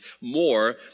more